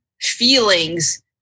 feelings